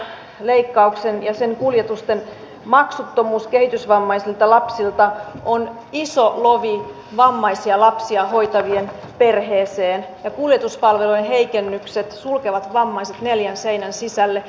päivähoidon leikkauksen ja sen kuljetusten maksuttomuus kehitysvammaisilta lapsilta on iso lovi vammaisia lapsia hoitavien perheeseen ja kuljetuspalvelujen heikennykset sulkevat vammaiset neljän seinän sisälle